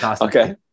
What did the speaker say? Okay